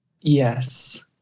Yes